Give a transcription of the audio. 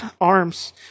arms